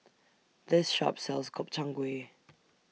This Shop sells Gobchang Gui